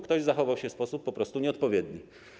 Ktoś zachował się w sposób po prostu nieodpowiedni.